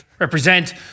represent